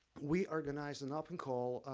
we organized an open call